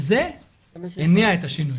וזה הניע את השינוי.